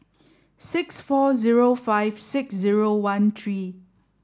six four zero five six zero one three